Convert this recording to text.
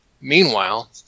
meanwhile